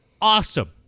awesome